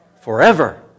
forever